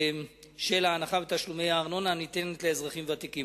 ההנחה בתשלומי הארנונה הניתנת לאזרחים ותיקים.